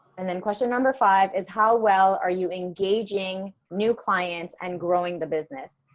and then question number five is how well are you engaging new clients and growing the business?